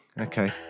okay